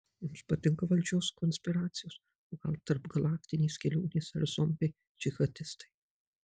jums patinka valdžios konspiracijos o gal tarpgalaktinės kelionės ar zombiai džihadistai